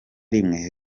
rimwe